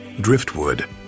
Driftwood